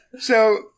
So-